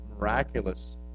miraculous